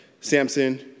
Samson